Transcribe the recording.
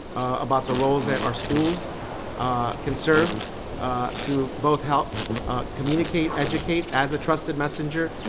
about the roles that our schools can serve to both help communicate, educate, as a trusted messenger,